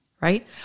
Right